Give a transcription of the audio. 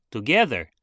Together